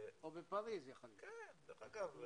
השר המקשר בין הממשלה לכנסת דודי אמסלם: דרך אגב,